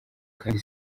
kandi